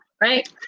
right